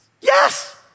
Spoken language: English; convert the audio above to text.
Yes